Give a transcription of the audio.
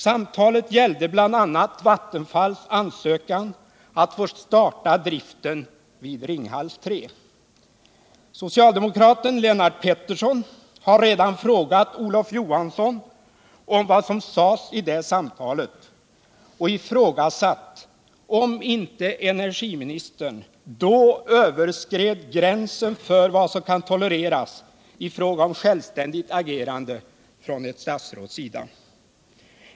Samtalet gällde bl.a. Vattenfalls ansökan att få starta driften vid Ringhals 3. Lennart Pettersson har redan frågat Olof Johansson vad som sades vid det samtalet och ifrågasatt om inte energiministern då överskred gränsen för vad som kan tolereras i fråga om självständigt agerande från ett statsråds sida.